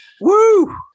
woo